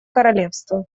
королевства